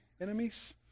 enemies